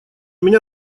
меня